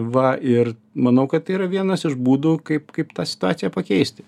va ir manau kad tai yra vienas iš būdų kaip kaip tą situaciją pakeisti